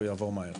הוא יעבור מהר.